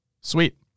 Sweet